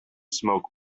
smoke